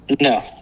no